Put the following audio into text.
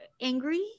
angry